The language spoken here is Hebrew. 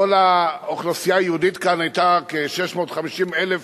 כל האוכלוסייה היהודית כאן היתה כ-650,000 איש,